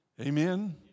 Amen